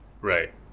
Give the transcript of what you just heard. Right